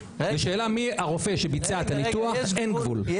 לשאלה מי הרופא שביצע את הניתוח אין גבול,